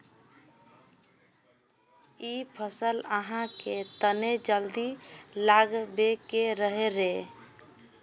इ फसल आहाँ के तने जल्दी लागबे के रहे रे?